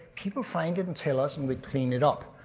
people find it and tell us and we clean it up.